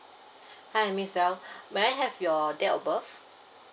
miss bell may I have your date or birth